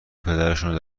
پدرشونو